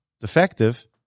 defective